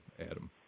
Adam